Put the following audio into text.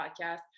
podcast